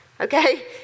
Okay